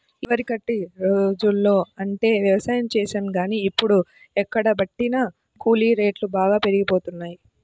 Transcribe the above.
ఇదివరకట్లో అంటే యవసాయం చేశాం గానీ, ఇప్పుడు ఎక్కడబట్టినా కూలీ రేట్లు బాగా పెరిగిపోతన్నయ్